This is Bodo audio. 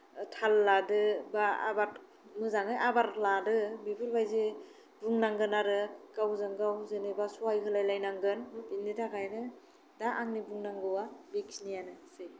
थाल लादो बा आबाद मोजाङै आबार लादो बेफोरबायदि बुंनांगोन आरो गावजों गाव जेनेबा सहाय होलायलायनांगोन बेनि थाखायनो दा आंनि बुंनांगौवा बेखिनियानोसै